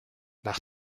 nach